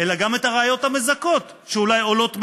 אלא גם את הראיות המזכות שאולי עולות מהחומר.